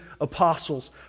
apostles